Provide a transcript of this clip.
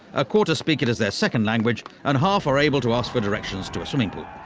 a quarter speak it as their second language and half are able to ask for directions to a swimming pool.